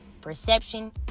perception